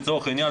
לצורך העניין,